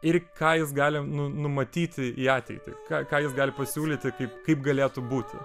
ir ką jis gali nu numatyti į ateitį ką jis gali pasiūlyti kaip kaip galėtų būti